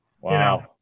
Wow